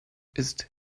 ist